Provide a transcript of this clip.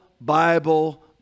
Bible